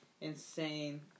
Insane